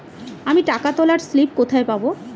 আমি টাকা তোলার স্লিপ কোথায় পাবো?